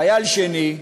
חייל שני,